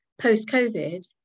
post-COVID